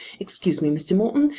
excuse me, mr. morton,